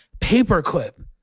Paperclip